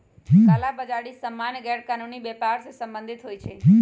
कला बजारि सामान्य गैरकानूनी व्यापर से सम्बंधित होइ छइ